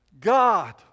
God